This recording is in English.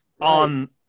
on